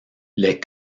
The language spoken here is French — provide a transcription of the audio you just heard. les